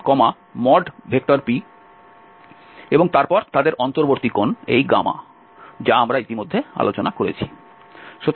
এবং তারপর তাদের অন্তর্বর্তী কোণ এই যা আমরা ইতিমধ্যে আলোচনা করেছি